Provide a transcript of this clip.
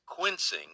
quincing